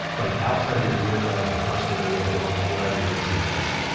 like outside of your earbuds, or car stereo, or wherever you're listening to this